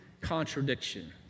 contradiction